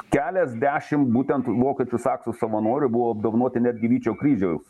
keliasdešimt būtent vokiečių saksų savanorių buvo apdovanoti netgi vyčio kryžiaus